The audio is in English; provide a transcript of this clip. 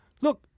Look